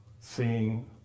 seeing